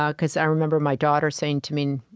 because i remember my daughter saying to me,